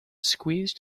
squeezed